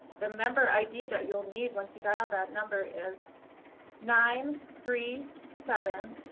the member id that you'll need once you dial that number is nine three seven